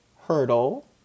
hurdle